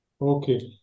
Okay